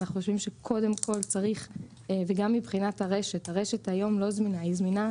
גם מבחינת הרשת הרשת, היום, לא זמינה.